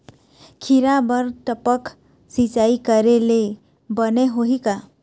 खिरा बर टपक सिचाई करे ले बने होही का?